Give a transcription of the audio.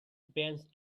beach